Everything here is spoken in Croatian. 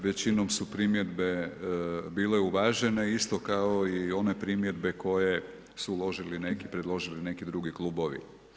Većinom su primjedbe bile uvažene isto kao i one primjedbe koje su uložili neki, predložili neki drugi klubovi.